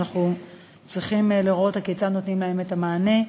אנחנו צריכים לראות כיצד נותנים להן את המענה,